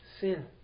sin